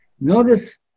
notice